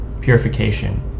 purification